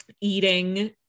eating